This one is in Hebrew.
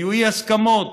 היו אי-הסכמות,